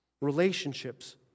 Relationships